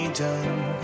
done